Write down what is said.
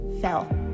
fell